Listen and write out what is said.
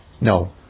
No